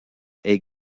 est